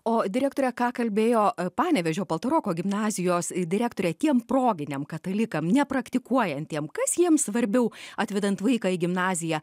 o direktore ką kalbėjo panevėžio paltaroko gimnazijos direktorė tiem proginiam katalikam nepraktikuojantiem kas jiem svarbiau atvedant vaiką į gimnaziją